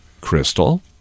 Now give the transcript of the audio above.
Crystal